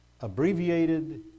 abbreviated